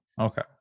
Okay